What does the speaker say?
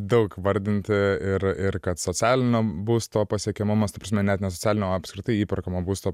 daug vardinti ir ir kad socialinio būsto pasiekiamumas ta prasme net ne socialinio apskritai įperkamo būsto